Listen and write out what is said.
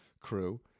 crew